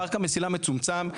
פארק המסילה מצומצם,